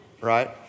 right